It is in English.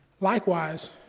Likewise